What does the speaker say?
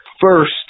first